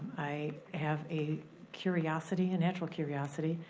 i have a curiosity, a natural curiosity,